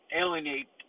alienate